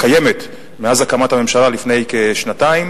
הקיימת, מאז הקמת הממשלה לפני כשנתיים,